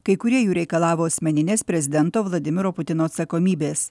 kai kurie jų reikalavo asmeninės prezidento vladimiro putino atsakomybės